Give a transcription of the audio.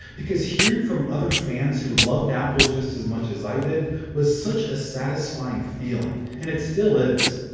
because hearing from other fans who loved apple just as much as i did was such a satisfying feeling, and it still is.